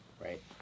right